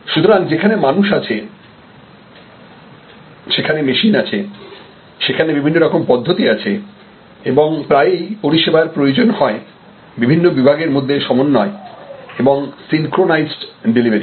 সুতরাং সেখানে মানুষ আছে সেখানে মেশিন আছে সেখানে বিভিন্নরকম পদ্ধতি আছে এবং প্রায়েই পরিষেবার প্রয়োজন হয় বিভিন্ন বিভাগের মধ্যে সমন্বয় এবং সিনক্রোনাইজড ডেলিভারি